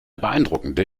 beeindruckende